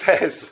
says